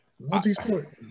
Multi-sport